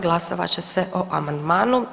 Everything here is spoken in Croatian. Glasovat će se o amandmanu.